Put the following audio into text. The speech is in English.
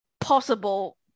possible